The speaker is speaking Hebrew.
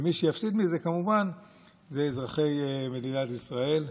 ומי שיפסיד מזה כמובן אלה אזרחי מדינת ישראל.